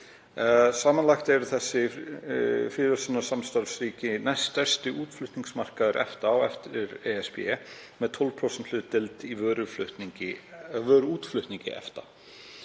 Samanlagt eru þessi fríverslunarsamstarfsríki næststærsti útflutningsmarkaður EFTA á eftir ESB með 12% hlutdeild í vöruútflutningi EFTA.